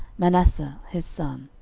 manasseh his son,